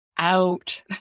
out